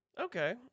okay